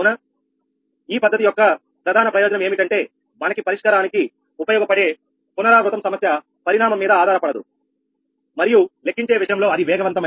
ఈ పద్ధతి యొక్క ప్రధాన ప్రయోజనం ఏమిటంటే మనకి పరిష్కారానికి ఉపయోగపడే పునరావృతం సమస్య పరిణామం మీద ఆధారపడదు మరియు అంచనావేయు విషయంలో అది వేగవంతమైనది